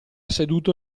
seduto